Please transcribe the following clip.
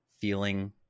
feeling